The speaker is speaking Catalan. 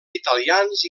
italians